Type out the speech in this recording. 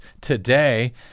today